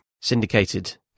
syndicated